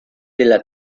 della